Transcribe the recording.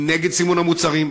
נגד סימון המוצרים,